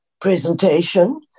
presentation